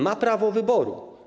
Ma prawo wyboru.